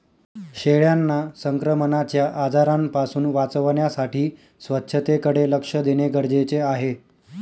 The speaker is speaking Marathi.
शेळ्यांना संक्रमणाच्या आजारांपासून वाचवण्यासाठी स्वच्छतेकडे लक्ष देणे गरजेचे आहे